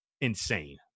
insane